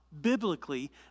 biblically